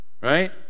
Right